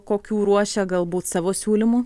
kokių ruošia galbūt savo siūlymų